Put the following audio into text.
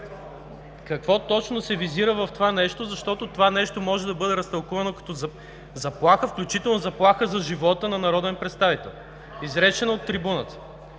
Какво точно се визира в това нещо, защото то може да бъде разтълкувано като заплаха, включително заплаха за живота на народен представител, изречено от трибуната.